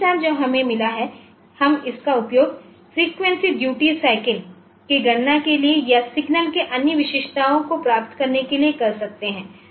time stamp जो हमें मिला है हम इसका उपयोग फ्रीक्वेंसी ड्यूटी सयकल के गणना के लिए या सिग्नल की अन्य विशेषताओं को प्राप्त करने के लिए कर सकते हैं